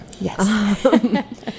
Yes